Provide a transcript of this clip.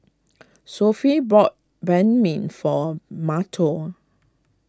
Sophie brought Banh Mi for Mateo